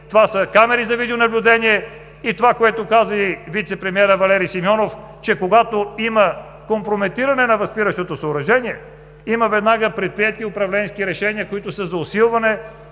това са камери за видеонаблюдение и това, което каза и вицепремиерът Валери Симеонов, че когато има компрометиране на възпиращото съоръжение, има веднага предприети управленски решения, които са за усилване